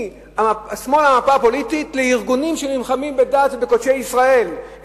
מהשמאל במפה הפוליטית לארגונים שנלחמים בדת ובקודשי ישראל,